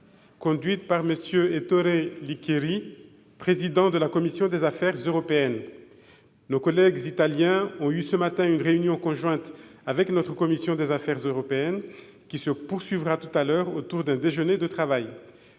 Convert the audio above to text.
conduite par M. Ettore Licheri, président de la commission des affaires européennes. Nos collègues italiens ont eu ce matin une réunion conjointe avec notre commission des affaires européennes, qui se poursuivra tout à l'heure autour d'un déjeuner de travail.